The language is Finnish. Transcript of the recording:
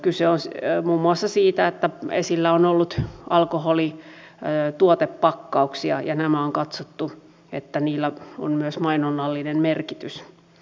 kyse on muun muassa siitä että esillä on ollut alkoholituotepakkauksia ja on katsottu että niillä on myös mainonnallinen merkitys